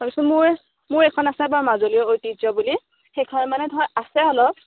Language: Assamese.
তাৰ পিছত মোৰ মোৰ এইখন আছে বাৰু মাজুলীৰ ঐতিহ্য বুলি সেইখনত মানে ধৰ আছে অলপ